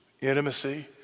intimacy